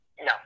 No